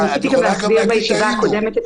ניסיתי גם להסביר בישיבה הקודמת את